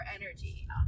energy